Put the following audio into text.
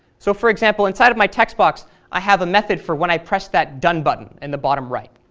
so for example, inside of my text box i have a method for when i press that done button in the bottom right,